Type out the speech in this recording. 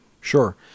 Sure